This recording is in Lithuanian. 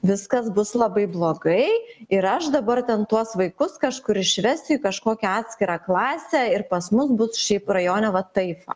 viskas bus labai blogai ir aš dabar ten tuos vaikus kažkur išvesiu į kažkokią atskirą klasę ir pas mus bus šiaip rajone va taip va